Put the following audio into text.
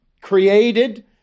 created